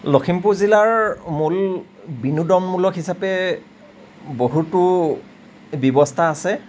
লখিমপুৰ জিলাৰ মূল বিনোদনমূলক হিচাপে বহুতো ব্যৱস্থা আছে